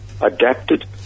adapted